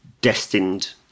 destined